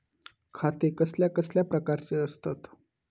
खाते कसल्या कसल्या प्रकारची असतत?